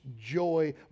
joy